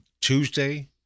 Tuesday